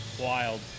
wild